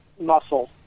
muscle